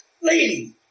lady